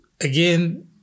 again